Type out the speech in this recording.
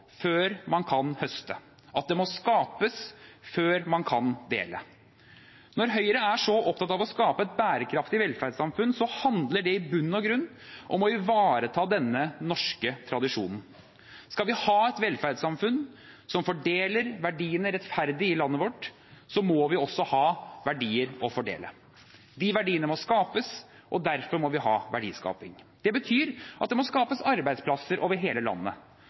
før man kan høste, at det må skapes før man kan dele. Når Høyre er så opptatt av å skape et bærekraftig velferdssamfunn, handler det i bunn og grunn om å ivareta denne norske tradisjonen. Skal vi ha et velferdssamfunn som fordeler verdiene rettferdig i landet vårt, må vi også ha verdier å fordele. De verdiene må skapes, og derfor må vi har verdiskaping. Det betyr at det må skapes arbeidsplasser over hele landet.